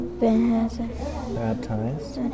baptized